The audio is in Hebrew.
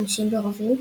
חמושים ברובים,